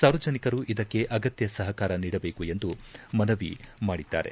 ಸಾರ್ವಜನಿಕರು ಇದಕ್ಕೆ ಅಗತ್ಯ ಸಾಕಾರ ನೀಡಬೇಕೆಂದು ಅವರು ಮನವಿ ಮಾಡಿದ್ದಾರೆ